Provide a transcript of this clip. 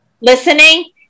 listening